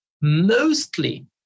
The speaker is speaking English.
mostly